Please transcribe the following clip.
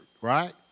right